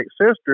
sister